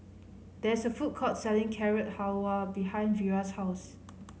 there is a food court selling Carrot Halwa behind Vira's house